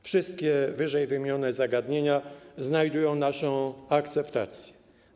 Wszystkie ww. zagadnienia znajdują naszą akceptację.